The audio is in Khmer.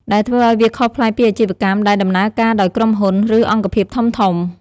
ដែលធ្វើឱ្យវាខុសប្លែកពីអាជីវកម្មដែលដំណើរការដោយក្រុមហ៊ុន ឬអង្គភាពធំៗ។